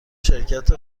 شرکت